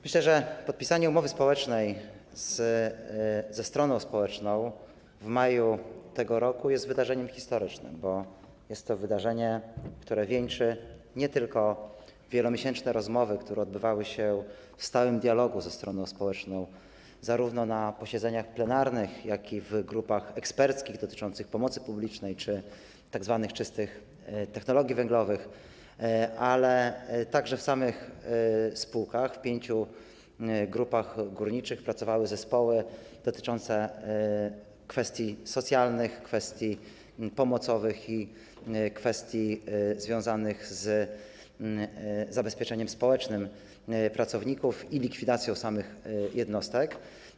Myślę, że podpisanie umowy społecznej ze stroną społeczną w maju tego roku jest wydarzeniem historycznym, bo jest to wydarzenie, które nie tylko wieńczy wielomiesięczne rozmowy, które odbywały się w stałym dialogu ze stroną społeczną, zarówno na posiedzeniach plenarnych, jak i w grupach eksperckich, dotyczące pomocy publicznej czy tzw. czystych technologii węglowych, ale także w samych spółkach, w pięciu grupach górniczych pracowały zespoły zajmujące się kwestiami socjalnymi, pomocowymi i związanymi z zabezpieczeniem społecznym pracowników i likwidacją samych jednostek.